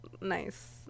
nice